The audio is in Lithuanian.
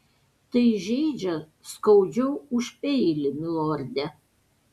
tai žeidžia skaudžiau už peilį milorde